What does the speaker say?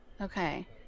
okay